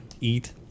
eat